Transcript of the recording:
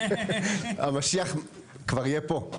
המשיח כבר יהיה פה.